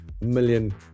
million